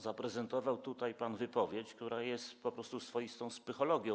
Zaprezentował tutaj pan wypowiedź, która jest po prostu swoistą spychologią.